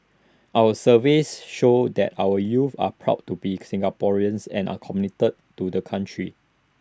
our surveys show that our youths are proud to be Singaporeans and are committed to the country